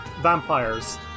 vampires